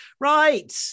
Right